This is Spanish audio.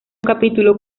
capítulo